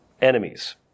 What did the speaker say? enemies